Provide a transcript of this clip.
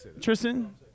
Tristan